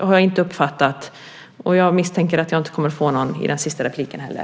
Och jag misstänker att jag inte heller i ministerns sista inlägg kommer att få något svar på det.